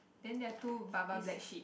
then there are two baba black sheeps